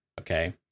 Okay